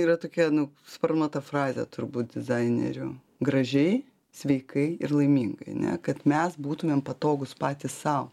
yra tokia nu sparnuota frazė turbūt dizainerių gražiai sveikai ir laimingai ane kad mes būtumėm patogūs patys sau